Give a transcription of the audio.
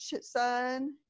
son